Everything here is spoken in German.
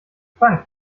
fang